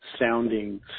sounding